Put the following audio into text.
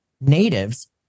natives